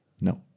no